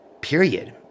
period